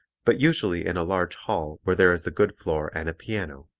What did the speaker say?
but usually in a large hall where there is a good floor and a piano.